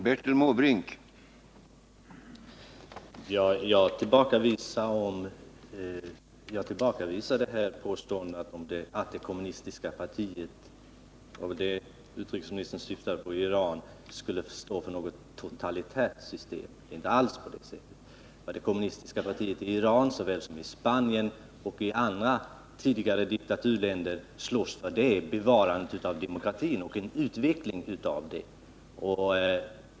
Herr talman! Jag tillbakavisar utrikesministerns påstående att det kommunistiska partiet i Iran skulle stå för något totalitärt system. Det är inte alls på det sättet. Vad det kommunistiska partiet i Iran såväl som i Spanien och i andra tidigare diktaturländer slåss för är bevarandet av demokratin och en utveckling av den.